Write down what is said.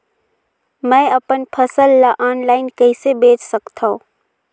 मैं अपन फसल ल ऑनलाइन कइसे बेच सकथव?